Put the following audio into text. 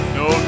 no